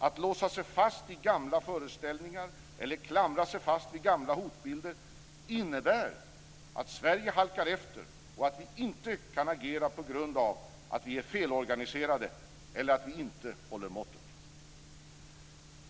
Att låsa sig fast i gamla föreställningar eller att klamra sig fast vid gamla hotbilder innebär att Sverige halkar efter och att vi inte kan agera på grund av att vi är felorganiserade eller att vi inte håller måttet.